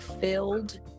filled